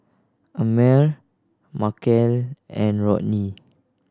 Amare Markel and Rodney